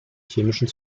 chemischen